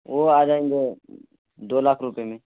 وہ آ جائیں گے دو لاکھ روپے میں